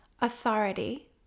authority